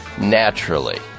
naturally